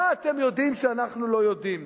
מה אתם יודעים שאנחנו לא יודעים?